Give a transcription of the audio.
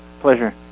Pleasure